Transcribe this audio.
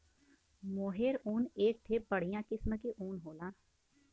मोहेर ऊन एक ठे बढ़िया किस्म के ऊन होला